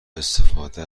استفاده